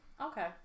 Okay